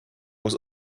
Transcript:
was